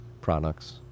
products